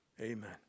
Amen